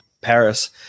Paris